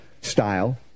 style